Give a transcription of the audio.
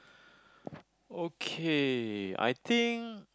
okay I think